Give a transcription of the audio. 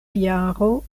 jaro